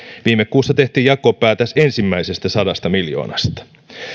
viime kuussa tehtiin jakopäätös ensimmäisestä sadasta miljoonasta